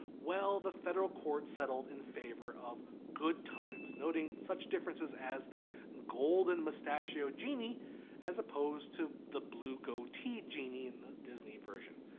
well the federal court settled in favor of goodtimes noting such differences as the golden mustachioed genie as opposed to a blue goateed genie in the disney version.